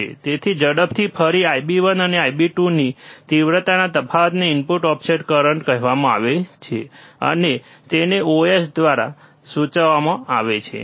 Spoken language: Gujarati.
તેથી ઝડપથી ફરી IB1 અને IB2 ની તીવ્રતાના તફાવતને ઇનપુટ ઓફસેટ કરંટ કહેવામાં આવે છે અને તેને Ios દ્વારા સૂચવવામાં આવે છે